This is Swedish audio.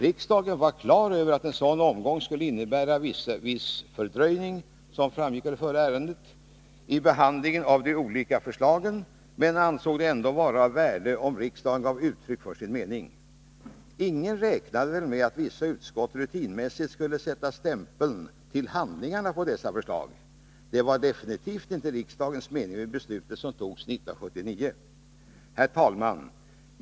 Riksdagen var på det klara med att en sådan ordning skulle innebära, som framgick av förra ärendet, en viss fördröjning i behandlingen av de olika förslagen, men ansåg det ändå vara av värde om riksdagen gav uttryck för sin mening. Ingen räknade väl med att vissa utskott rutinmässigt skulle sätta stämpeln ”Till handlingarna” på dessa förslag. Det var absolut inte riksdagens mening med det beslut som togs 1979. Herr talman!